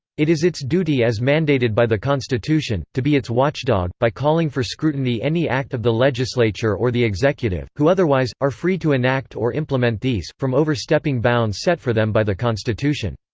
it is its duty as mandated by the constitution, to be its watchdog, by calling for scrutiny any act of the legislature or the executive, who otherwise, are free to enact or implement these, from overstepping bounds set for them by the constitution.